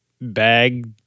bag